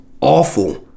awful